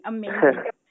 Amazing